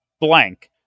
blank